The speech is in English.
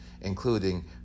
including